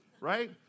right